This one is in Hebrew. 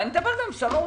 אדבר גם עם שר האוצר.